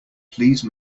please